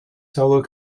solo